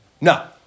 No